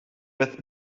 with